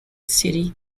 city